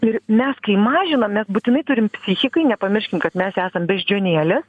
ir mes kai mažinam mes būtinai turim psichikai nepamirškim kad mes esam beždžionėlės